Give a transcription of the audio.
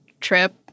trip